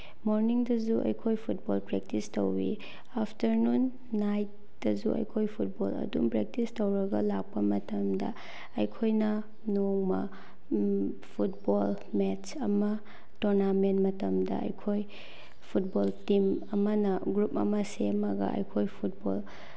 ꯃꯣꯔꯅꯤꯡꯗꯁꯨ ꯑꯩꯈꯣꯏ football practice ꯇꯧꯏ afternoon ꯅꯥꯏꯠꯇꯁꯨ ꯑꯩꯈꯣꯏ ꯐꯨꯠꯕꯣꯜ ꯑꯗꯨꯝ ꯄ꯭ꯔꯦꯛꯇꯤꯁ ꯇꯧꯔꯒ ꯂꯥꯛꯄ ꯃꯇꯝꯗ ꯑꯩꯈꯣꯏꯅ ꯅꯣꯡꯃ ꯐꯨꯠꯕꯣꯜ ꯃꯦꯠꯁ ꯑꯃ ꯇꯣꯔꯅꯥꯃꯦꯟ ꯃꯇꯝꯗ ꯑꯩꯈꯣꯏ ꯐꯨꯠꯕꯣꯜ ꯇꯤꯝ ꯑꯃꯅ ꯒ꯭ꯔꯨꯞ ꯑꯃ ꯁꯦꯝꯃꯒ ꯑꯩꯈꯣꯏ ꯐꯨꯠꯕꯣꯜ